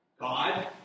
God